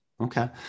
okay